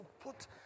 put